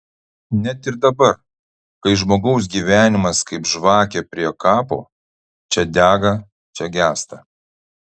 net ir dabar kai žmogaus gyvenimas kaip žvakė prie kapo čia dega čia gęsta